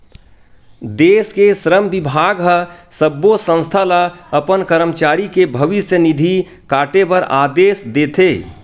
देस के श्रम बिभाग ह सब्बो संस्था ल अपन करमचारी के भविस्य निधि काटे बर आदेस देथे